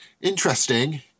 interesting